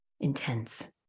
intense